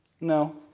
No